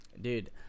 Dude